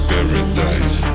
Paradise